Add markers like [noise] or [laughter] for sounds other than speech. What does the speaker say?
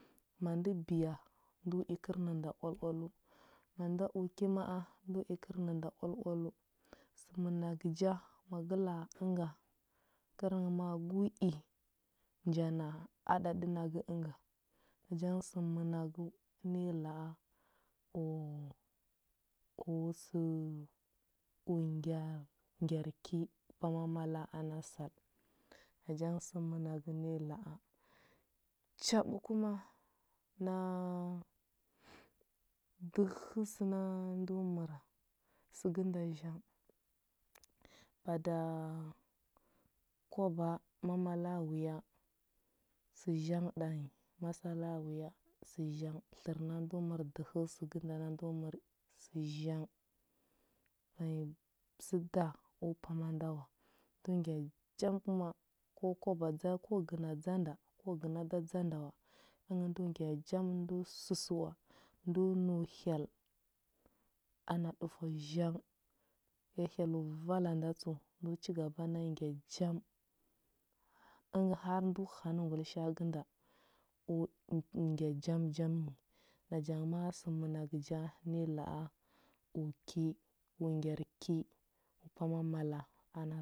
Ma ndə biya ndo i kərnənda oal oaləu. Ma nda u ki ma a ndo i kərnənda oal oaləu. Sə mənagə ja ma gə la a ənga, kərnghə ma gu i, nja na a ɗaɗə nagə ənga. Naja ngə sə mənagə na yi la a, u [hesitation] sə u ngya ngyar ki u pama mala ana sal. Naja ngə sə mənagə ne la a. Chaɓə kuma na dəhə səna ndo məra səgə nda zhang. Bada kwaba, ma mala wuya, sə zhang ɗanyi ma sala wuya sə zhang. Tlər na ndo mər dəhəu səgə nda nda ndo mər sə zhang. Vanyi səda u pama nda wa, kəl ngya jam kuma ko kwaba dza ko gəna dza nda ko gəna da dza nda wa əngə ndo ngya jam ndo səsəwa ndo nəu hyel ana ɗufəu zhang, ya hyelləu vala nda tsəu ndo chigaba na ngya jam. Əngə har ndo hanə ngulisha a gənda u u u ngya jam jam nyi. Naja ngə ma a sə mənagə ja ne la a u ki nə ngyar ki u pama mala ana